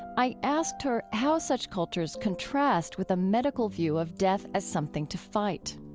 i asked her how such cultures contrast with a medical view of death as something to fight